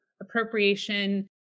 appropriation